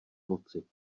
moci